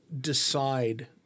decide